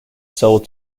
sold